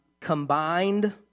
combined